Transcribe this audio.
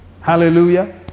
Hallelujah